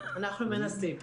אנחנו מנסים.